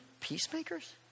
Peacemakers